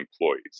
employees